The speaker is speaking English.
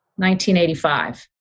1985